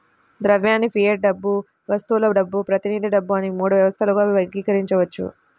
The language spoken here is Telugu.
ద్రవ్యాన్ని ఫియట్ డబ్బు, వస్తువుల డబ్బు, ప్రతినిధి డబ్బు అని మూడు వ్యవస్థలుగా వర్గీకరించవచ్చు